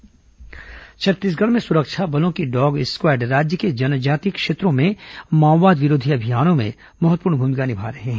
dog squad Chhattisgarh में सुरक्षा बलों की डॉग स्क्वॉड राज्य के जनजातीय क्षेत्रों में माओवाद विरोधी अभियानों में महत्वपूर्ण भूमिका निभा रहे हैं